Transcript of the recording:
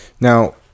Now